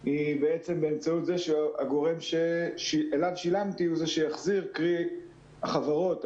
היא שהגורם ששילמנו לו הוא שיחזיר, קרי החברות.